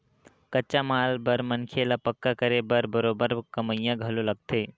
कच्चा माल बर मनखे ल पक्का करे बर बरोबर कमइया घलो लगथे